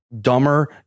Dumber